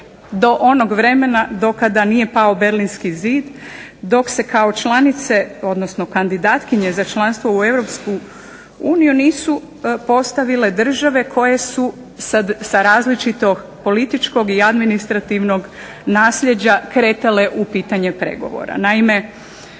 do onog vremena do kada nije pao Berlinski zid dok se kao članice odnosno kandidatkinje za članstvo u Europsku uniju nisu postavile države koje su sa različitog političkog i administrativnog naslijeđa kretale u pitanje pregovora.